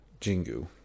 Jingu